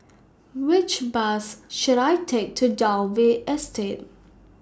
Which Bus should I Take to Dalvey Estate